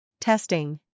Testing